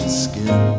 skin